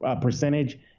percentage